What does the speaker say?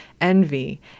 envy